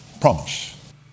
promise